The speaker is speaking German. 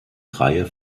reihe